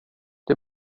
det